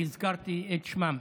שהזכרתי את שמן.